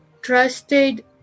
trusted